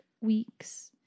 weeks